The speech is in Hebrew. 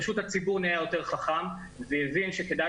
פשוט הציבור נהיה יותר חכם והבין שכדאי